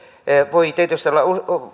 voi tietysti olla